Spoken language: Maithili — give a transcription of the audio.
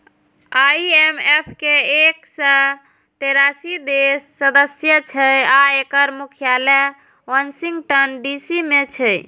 आई.एम.एफ के एक सय तेरासी देश सदस्य छै आ एकर मुख्यालय वाशिंगटन डी.सी मे छै